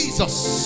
Jesus